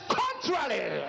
contrary